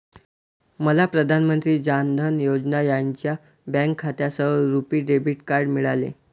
मला प्रधान मंत्री जान धन योजना यांच्या बँक खात्यासह रुपी डेबिट कार्ड मिळाले